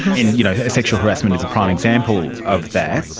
and you know sexual harassment is a prime example of that.